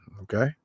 Okay